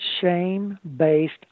shame-based